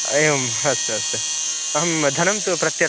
एवम् अस्तु अस्तु अहं धनं तु प्रत्यर्प्य